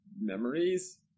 memories